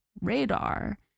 radar